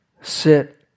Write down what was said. sit